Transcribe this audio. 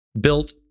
built